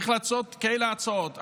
שצריך להציע כאלה הצעות,